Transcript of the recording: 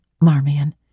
Marmion